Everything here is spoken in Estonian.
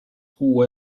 kuu